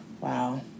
Wow